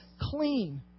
clean